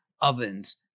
ovens